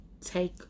take